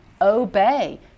Obey